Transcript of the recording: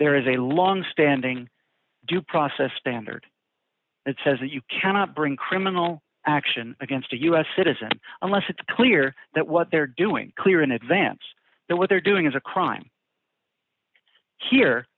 there is a long standing due process standard that says that you cannot bring criminal action against a u s citizen unless it's clear that what they're doing clear in advance that what they're doing is a crime here